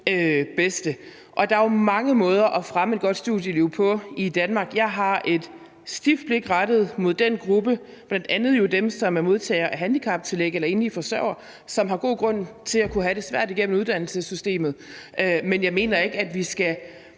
bedste. Der er jo mange måder at fremme et godt studieliv på i Danmark. Jeg har et stift blik rettet mod bl.a. den gruppe, som er modtagere af handicaptillæg, eller enlige forsørgere, som har god grund til at kunne have det svært igennem uddannelsessystemet. Men jeg mener ikke, at vi skal